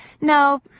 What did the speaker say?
No